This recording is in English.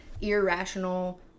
irrational